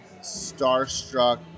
starstruck